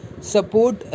support